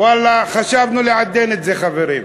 ואללה, חשבנו לעדן את זה, חברים.